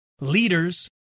leaders